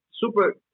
super